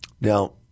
Now